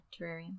terrarium